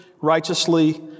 righteously